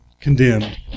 condemned